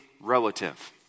relative